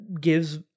gives